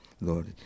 Lord